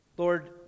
Lord